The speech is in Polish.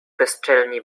bezczelnie